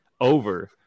over